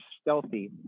stealthy